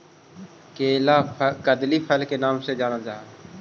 केला कदली फल के नाम से जानल जा हइ